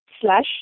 slash